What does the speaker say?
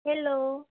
hello